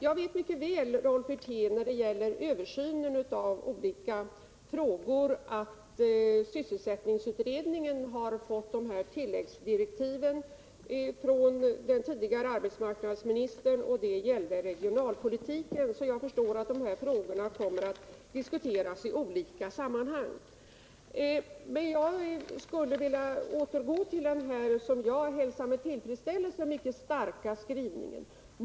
Jag vet mycket väl, Rolf Wirén, när det gäller översynen av olika frågor att sysselsättningsutredningen har fått tilläggsdirektiv från den tidigare arbetsmarknadsministern. De gällde regionalpolitiken, så jag förstår att dessa frågor kommer att diskuteras i olika sammanhang. Men jag skulle vilja återgå till den här mycket starka skrivningen, som jag hälsar med tillfredsställelse.